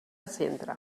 centre